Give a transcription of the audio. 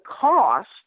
cost